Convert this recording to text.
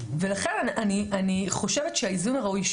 ולכן אני חושבת שהאיזון הראוי,